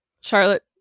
Charlotte